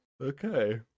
Okay